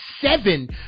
seven